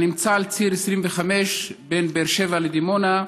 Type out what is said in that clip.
הנמצא על ציר 25 בין באר שבע לדימונה,